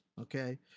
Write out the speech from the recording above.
okay